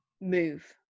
move